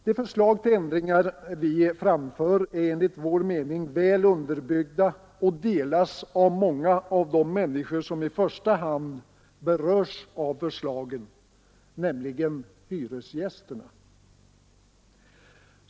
De förslag till ändringar som vi framför är enligt vår mening väl underbyggda och stöds av många av de människor som i första hand berörs av förslagen, nämligen hyresgästerna.